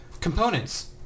Components